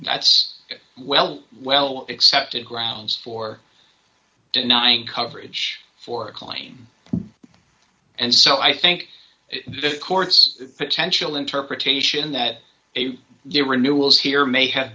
that's well well accepted grounds for denying coverage for a claim and so i think the court's potential interpretation that they get renewals here may have